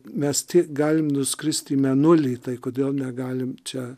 mes ti galim nuskristi į mėnulį tai kodėl negalim čia